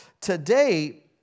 today